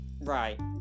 Right